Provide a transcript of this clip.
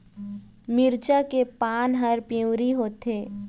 मिरचा के पान हर पिवरी होवथे?